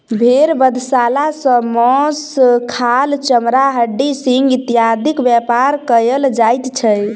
भेंड़ बधशाला सॅ मौस, खाल, चमड़ा, हड्डी, सिंग इत्यादिक व्यापार कयल जाइत छै